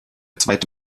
zweite